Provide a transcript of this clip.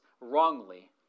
wrongly